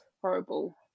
horrible